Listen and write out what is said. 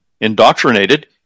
indoctrinated